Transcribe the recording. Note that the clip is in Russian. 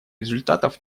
результатов